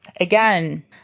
Again